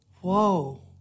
whoa